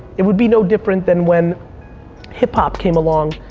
it would be no different than when hip-hop came along.